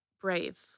brave